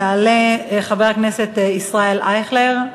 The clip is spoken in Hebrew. יעלה חבר הכנסת ישראל אייכלר,